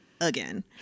again